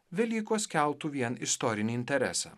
velykos keltų vien istorinį interesą